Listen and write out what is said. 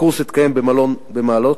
הקורס התקיים במלון במעלות.